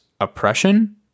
oppression